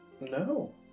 No